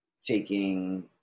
taking